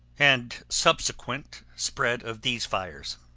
and subsequent spread of these fires.